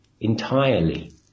entirely